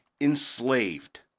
enslaved